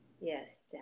Yes